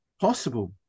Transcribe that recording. possible